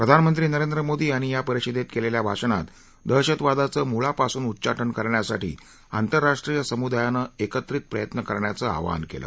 प्रधानमंत्री नरेंद्र मोदी यांनी परिषदेत केलेल्या भाषणात दहशतवादाचं मुळापासून उच्चाटन करण्यासाठी आंतरराष्ट्रीय समुदायानं एकत्रित प्रयत्न करण्याचं आवाहन केलं